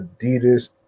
Adidas